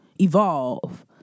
evolve